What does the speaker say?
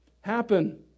happen